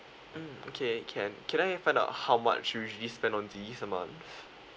mm okay can can I find out how much usually spend on these a month